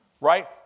Right